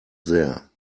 there